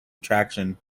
attraction